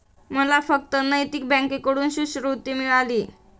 मला फक्त नैतिक बँकेकडून शिष्यवृत्ती मिळाली